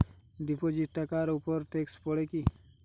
Deposit টাকার উপর tax পড়ে কি?